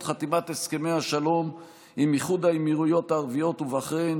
חתימת הסכמי השלום עם איחוד האמירויות הערביות ובחריין